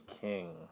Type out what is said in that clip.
King